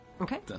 Okay